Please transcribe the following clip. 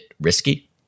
risky